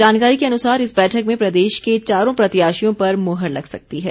जानकारी के अनुसार इस बैठक में प्रदेश के चारों प्रत्याशियों पर मुहर लग सकती है